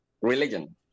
religion